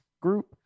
group